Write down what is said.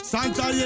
Santa